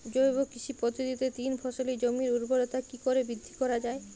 জৈব কৃষি পদ্ধতিতে তিন ফসলী জমির ঊর্বরতা কি করে বৃদ্ধি করা য়ায়?